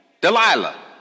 Delilah